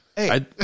Hey